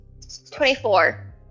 24